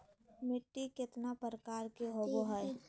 मिट्टी केतना प्रकार के होबो हाय?